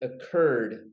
occurred